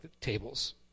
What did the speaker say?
tables